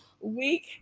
week